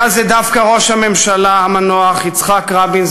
דווקא ראש הממשלה המנוח יצחק רבין,